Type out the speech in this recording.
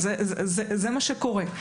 זה מה שקורה.